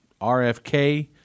RFK